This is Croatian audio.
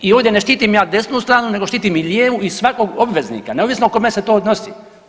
I ovdje ne štitim ja desnu stranu nego štitim i lijevu i svakog obveznika neovisno o kome se to odnosi.